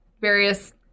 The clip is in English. various